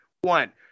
One